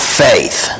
faith